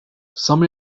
some